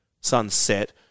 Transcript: sunset